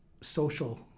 social